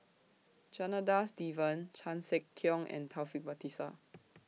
Janadas Devan Chan Sek Keong and Taufik Batisah